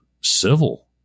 civil